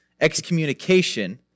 excommunication